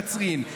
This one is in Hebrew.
קצרין,